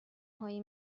هایی